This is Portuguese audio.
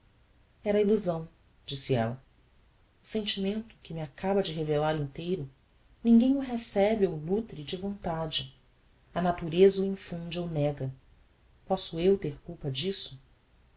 azedume era illusão disse ella o sentimento que me acaba de revellar inteiro ninguem o recebe ou nutre de vontade a natureza o infunde ou nega posso eu ter culpa disso